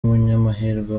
munyamahirwe